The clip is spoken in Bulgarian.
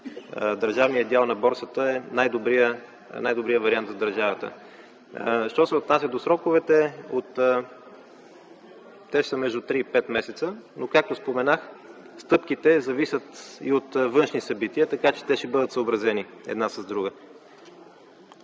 държавния дял на борсата е най-добрият вариант за държавата. Що се отнася до сроковете, те са между 3 и 5 месеца. Както споменах, стъпките зависят и от външни събития, така че те ще бъдат съобразени една с друга.